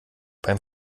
beim